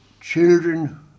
children